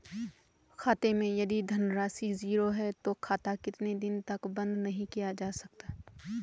खाते मैं यदि धन राशि ज़ीरो है तो खाता कितने दिन तक बंद नहीं किया जा सकता?